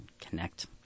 connect